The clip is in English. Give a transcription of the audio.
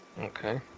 Okay